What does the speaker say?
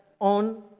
on